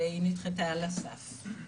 והיא נדחתה על הסף.